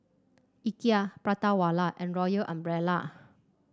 Ikea Prata Wala and Royal Umbrella